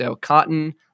cotton